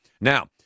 Now